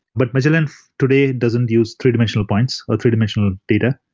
but magellan today doesn't use three-dimensional points, or three-dimensional data.